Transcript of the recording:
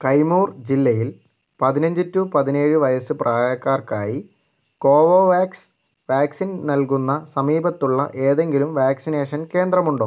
കൈമൂർ ജില്ലയിൽ പതിനഞ്ച് ടു പതിനേഴ് വയസ്സ് പ്രായക്കാർക്കായി കോവോവാക്സ് വാക്സിൻ നൽകുന്ന സമീപത്തുള്ള ഏതെങ്കിലും വാക്സിനേഷൻ കേന്ദ്രമുണ്ടോ